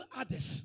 others